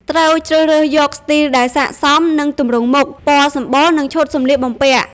ត្រូវជ្រើសរើសយកស្ទីលដែលស័ក្តិសមនឹងទម្រង់មុខ ពណ៌សម្បុរ និងឈុតសម្លៀកបំពាក់ ។